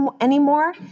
anymore